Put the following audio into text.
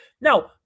Now